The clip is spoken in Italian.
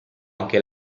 anche